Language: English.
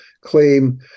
claim